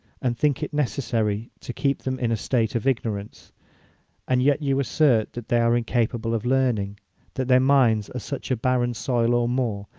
and think it necessary to keep them in a state of ignorance and yet you assert that they are incapable of learning that their minds are such a barren soil or moor,